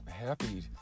happy